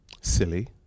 silly